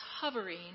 hovering